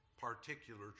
particular